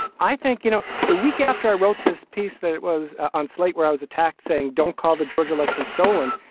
i think, you know, the week after i wrote this piece that it was on slate where i was attacked saying, don't call the georgia election stolen.